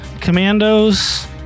commandos